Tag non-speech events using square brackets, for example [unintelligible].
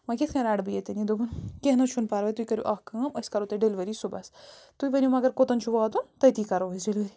وۄنۍ کِتھ کٔنۍ رَٹہٕ بہٕ ییٚتٮ۪ن یہِ دوٚپُن کیٚنہہ نہٕ حظ چھُنہٕ پرواے تُہۍ کٔرِو اَکھ کٲم أسۍ کَرو تۄہہِ ڈِلوری صُبحَس تُہۍ ؤنِو مگر کوٚتَن چھُ واتُن تٔتی کَرو أسۍ [unintelligible]